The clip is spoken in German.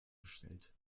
gestellt